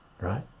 Right